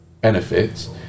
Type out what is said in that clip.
benefits